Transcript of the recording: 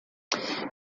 deixe